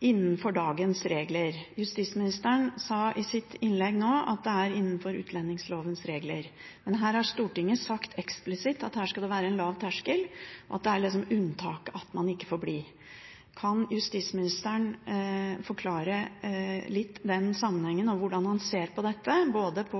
innenfor dagens regler. Justisministeren sa i sitt innlegg nå at dette er innenfor utlendingslovens regler. Men Stortinget har sagt eksplisitt at her skal det være «lav terskel», og at det er unntaket at man ikke får bli. Kan justisministeren forklare litt denne sammenhengen og hvordan han ser på dette?